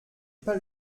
pas